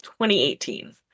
2018